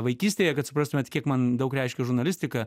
vaikystėje kad suprastumėt kiek man daug reiškė žurnalistika